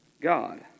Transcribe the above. God